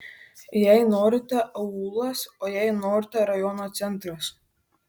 jei norite aūlas o jei norite rajono centras